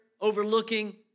overlooking